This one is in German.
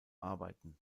arbeiten